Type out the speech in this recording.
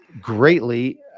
greatly